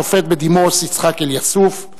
השופט בדימוס יצחק אליאסוף,